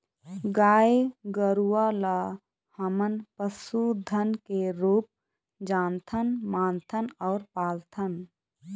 गाय गरूवा ल हमन पशु धन के रुप जानथन, मानथन अउ पालथन